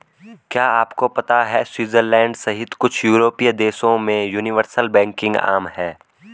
क्या आपको पता है स्विट्जरलैंड सहित कुछ यूरोपीय देशों में यूनिवर्सल बैंकिंग आम है?